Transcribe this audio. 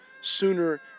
sooner